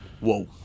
Whoa